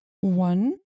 One